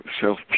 self